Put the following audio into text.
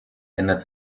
ändert